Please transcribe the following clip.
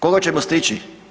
Koga ćemo stići?